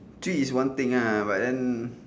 tree is one thing ah but then